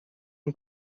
com